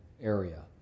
area